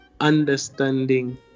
understanding